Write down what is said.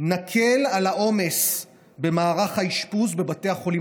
נקל את העומס במערך האשפוז בבתי החולים